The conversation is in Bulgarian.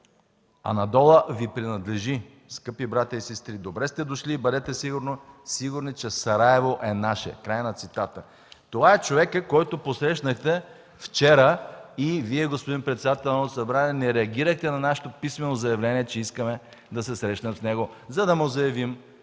„Анадола Ви принадлежи, скъпи братя и сестри! Добре сте дошли! Бъдете сигурни, че Сараево е наше!” Това е човекът, който посрещнахте вчера и Вие, господин председател на Народното събрание, не реагирахте на нашето писмено заявление, че искаме да се срещнем с него, за да му заявим